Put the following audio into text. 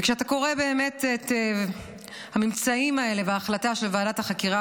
וכשאתה קורא באמת את הממצאים האלה וההחלטה של ועדת החקירה,